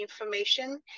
information